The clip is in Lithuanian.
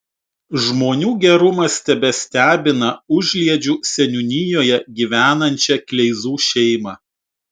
žmonių gerumas tebestebina užliedžių seniūnijoje gyvenančią kleizų šeimą